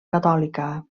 catòlica